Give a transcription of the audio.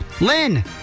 Lynn